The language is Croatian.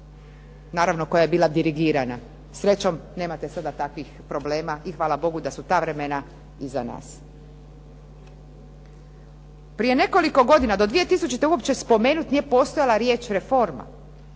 naravno koja je bila dirigirana. Srećom nemate sada takvih problema i hvala Bogu da su ta vremena iza nas. Prije nekoliko godina, do 2000-te uopće spomenut nije postojala riječ reforma,